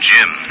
Jim